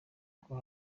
bwo